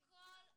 כולם.